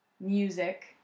music